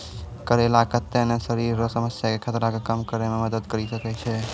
करेला कत्ते ने शरीर रो समस्या के खतरा के कम करै मे मदद करी सकै छै